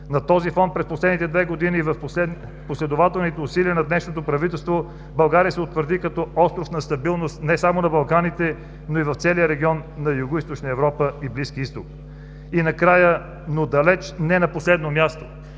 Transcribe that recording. На този фон през последните две години в последователните усилия на днешното правителство България се утвърди като остров на стабилност не само на Балканите, но и в целия регион на Югоизточна Европа и Близкия Изток. Накрая, но далеч не на последно място,